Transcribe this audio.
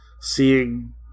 Seeing